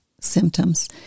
symptoms